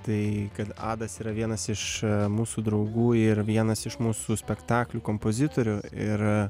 tai kad adas yra vienas iš mūsų draugų ir vienas iš mūsų spektaklių kompozitorių ir